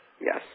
Yes